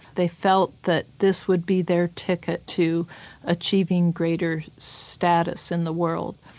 they felt that this would be their ticket to achieving greater status in the world.